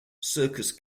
circus